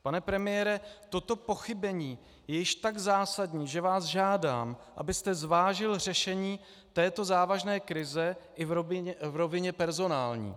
Pane premiére, toto pochybení je již tak zásadní, že vás žádám, abyste zvážil řešení této závažné krize i v rovině personální.